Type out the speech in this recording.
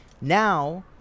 now